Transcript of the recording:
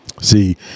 See